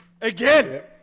Again